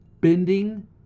bending